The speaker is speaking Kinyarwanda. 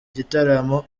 gitaramo